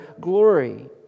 glory